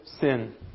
sin